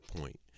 point